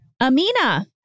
Amina